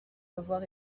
revoir